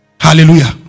Hallelujah